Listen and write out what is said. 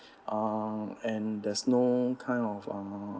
uh and there's no kind of uh